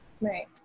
Right